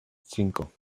cinco